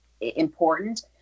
important